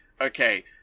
okay